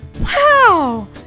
Wow